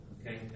Okay